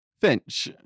Finch